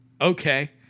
okay